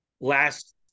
last